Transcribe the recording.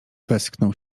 westchnął